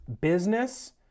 business